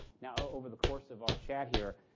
yeah over the course of our chat here,